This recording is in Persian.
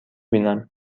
بینم